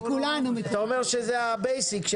אתה אומר שזה הבייסיק,